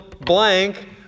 blank